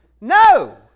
No